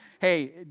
hey